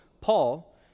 Paul